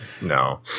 No